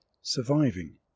Surviving